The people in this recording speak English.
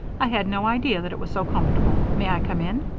i had no idea that it was so comfortable. may i come in?